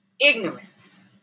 ignorance